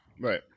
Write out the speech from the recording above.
Right